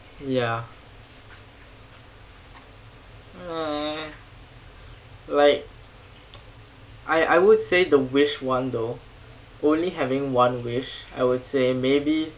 ya meh like I I would say the wish one though only having one wish I would say maybe